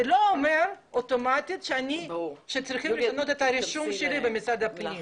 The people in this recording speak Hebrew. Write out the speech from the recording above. זה לא אומר אוטומטית שצריכים לשנות את הרישום שלי במשרד הפנים.